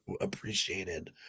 appreciated